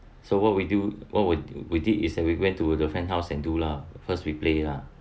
so what we do what we did is that we went to a friend's house and do lah first we play lah